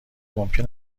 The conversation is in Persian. ممکن